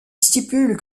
stipule